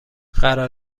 قرار